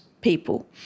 people